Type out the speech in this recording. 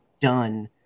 done